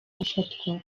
gufatwa